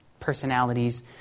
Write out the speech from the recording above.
personalities